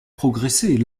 progresser